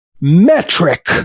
metric